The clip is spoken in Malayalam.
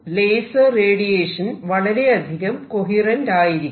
ലേസർ റേഡിയേഷൻ വളരെ അധികം കൊഹിറെന്റ് ആയിരിക്കും